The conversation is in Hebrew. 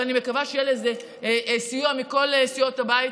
ואני מקווה שיהיה לזה סיוע מכל סיעות הבית.